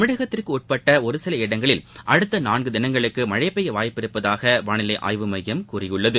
தமிழகத்திற்கு உட்பட்ட ஒரு சில இடங்களில் அடுத்த நான்கு தினங்களுக்கு மழை பெய்ய வாய்ப்பு உள்ளதாக வானிலை ஆய்வு மையம் கூறியுள்ளது